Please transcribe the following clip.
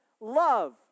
love